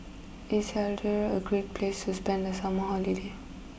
is Algeria a Great place to spend the summer holiday